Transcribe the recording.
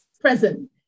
present